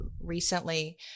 recently